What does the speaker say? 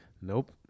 Nope